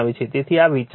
તેથી આ વિચાર છે